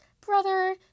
brother